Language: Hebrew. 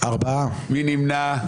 מי נמנע?